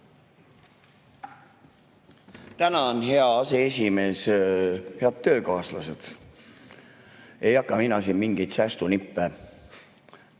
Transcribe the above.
Tänan, hea aseesimees! Head töökaaslased! Ei hakka mina siin mingeid säästunippe